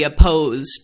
opposed